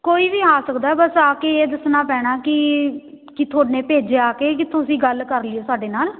ਕੋਈ ਵੀ ਆ ਸਕਦਾ ਬਸ ਆ ਕੇ ਇਹ ਦੱਸਣਾ ਪੈਣਾ ਕਿ ਕਿ ਥੋਨੇ ਭੇਜਿਆ ਆ ਕੇ ਕਿ ਤੁਸੀਂ ਗੱਲ ਕਰ ਲਿਓ ਸਾਡੇ ਨਾਲ